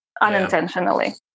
unintentionally